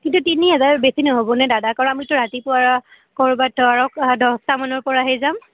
কিন্তু তিনি হেজাৰ বেছি নহ'বনে দাদা কাৰণ আমিতো ৰাতিপুৱা ক'ৰবাত ধৰক দহটামানৰপৰাহে যাম